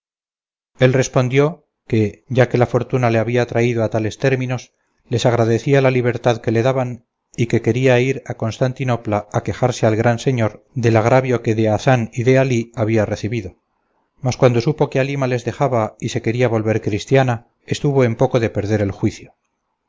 él respondió que ya que la fortuna le había traído a tales términos les agradecía la libertad que le daban y que quería ir a constantinopla a quejarse al gran señor del agravio que de hazán y de alí había recebido mas cuando supo que halima le dejaba y se quería volver cristiana estuvo en poco de perder el juicio